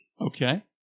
Okay